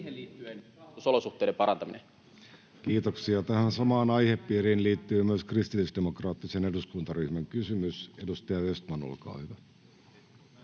parantaminen. Tähän samaan aihepiiriin liittyy myös kristillisdemokraattisen eduskuntaryhmän kysymys. — Edustaja Östman, olkaa hyvä.